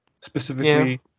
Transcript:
specifically